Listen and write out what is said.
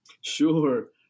sure